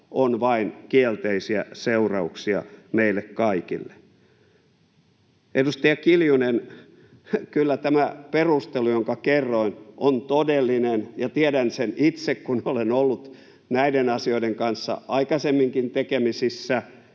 on vain kielteisiä seurauksia meille kaikille. Edustaja Kiljunen, kyllä tämä perustelu, jonka kerroin, on todellinen, ja tiedän sen itse, kun olen ollut näiden asioiden kanssa aikaisemminkin tekemisissä.